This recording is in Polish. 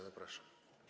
Zapraszam.